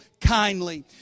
kindly